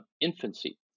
infancy